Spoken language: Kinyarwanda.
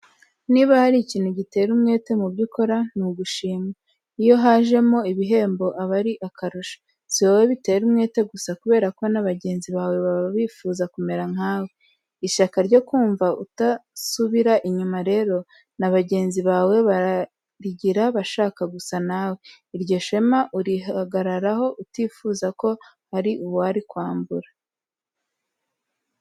Niba hari ikintu gitera umwete mu byo ukora ni ugushimwa. Iyo hajemo ibihembo aba ari akarusho. Si wowe bitera umwete gusa kubera ko na bagenzi bawe baba bifuza kumera nkawe. Ishyaka ryo kumva utasubira inyuma rero, na bagenzi bawe bararigira bashaka gusa nawe. Iryo shema urihagararaho utifuza ko hari urikwambura.